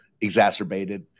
exacerbated